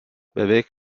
beveik